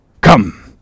Come